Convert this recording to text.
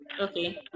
Okay